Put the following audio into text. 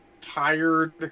tired